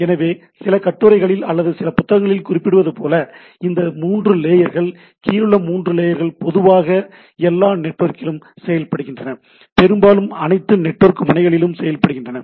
எனவே சில கட்டுரைகளில் அல்லது சில புத்தகங்களில் குறிப்பிடப்படுவது போல இந்த 3 லேயர்கள் கீழுள்ள 3 லேயர்கள் பொதுவாக எல்லா நெட்வொர்க்கிலும் செயல்படுத்தப்படுகின்றன பெரும்பாலும் அனைத்து நெட்வொர்க் முனைகளிலும் செயல்படுத்தப்படுகின்றன